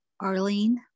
Arlene